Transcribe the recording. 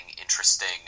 interesting